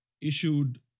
issued